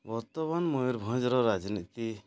ବର୍ତ୍ତମାନ ମୟୂରଭଞ୍ଜର ରାଜନୀତି